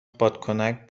بادکنک